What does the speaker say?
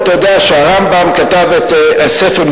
אתה יודע שהרמב"ם כתב ספר,